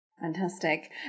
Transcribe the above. Fantastic